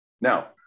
Now